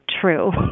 true